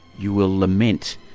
you will lament,